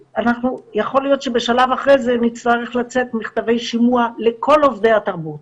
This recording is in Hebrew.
ויכול להיות שבשלב אחרי זה נצטרך לצאת עם מכתבי שימוע לכל עובדי התרבות.